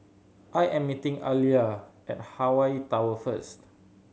I am meeting Aaliyah at Hawaii Tower first